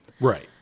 Right